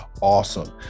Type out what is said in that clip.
awesome